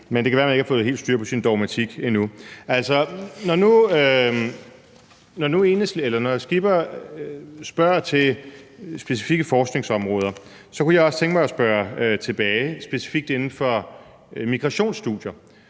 men det kan være, at man endnu ikke har fået helt styr på sin dogmatik. Altså, når nu fru Pernille Skipper spørger til specifikke forskningsområder, kunne jeg også tænke mig at spørge tilbage – specifikt inden for migrationsstudier,